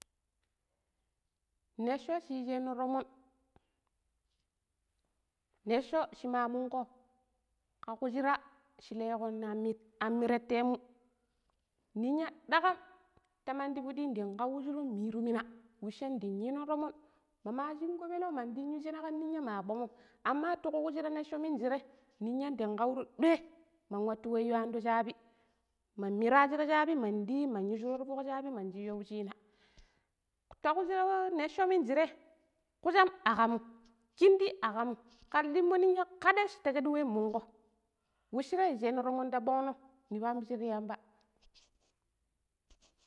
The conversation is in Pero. Nicco shi yijeno tomon, nicco shima monko ka ku shira shi leekon ammi, an muratemu ninya dakam ta mandi fudi ndang kwawujuru miru mina weshen dang yino tomon mama shunko peleu mandang yu shene kanninya ma kpomon amma tuku kushira nesho minjire ninya ndang kauru doi man wattu weiyo ando shaabi man mirashira shaabi man diyi man yu shura tifok shaabi man diyi man yu shuri ti fuk shabi man shiyo wucina, tuku shira necco minjire kusham akamu, kindi akam kara dimmo ninya kadee ta sadani wa mungo weshire, yigeno tomon ta bongno ni pambiji ti yamba.